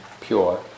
pure